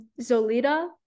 Zolita